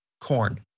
corn